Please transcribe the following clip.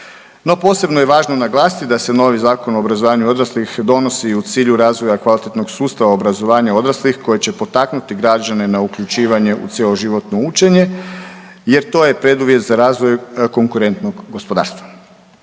No, posebno je važno naglasiti da se novi Zakon o obrazovanju odraslih donosi u cilju razvoja kvalitetnog sustava obrazovanja odraslih koji će potaknuti građane na uključivanje u cjeloživotno učenje jer to je preduvjet za razvoj konkurentnog gospodarstva.